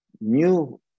new